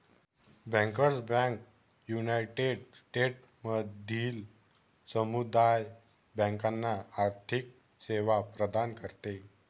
bankers bank united स्टेट्समधील समुदाय बँकांना आर्थिक सेवा प्रदान करते